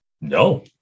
no